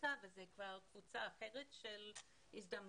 באוניברסיטה וזאת כבר קבוצה אחרת של הזדמנויות.